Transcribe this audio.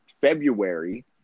February